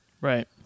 Right